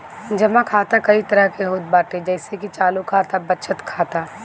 जमा खाता कई तरही के होत बाटे जइसे की चालू खाता, बचत खाता